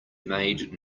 made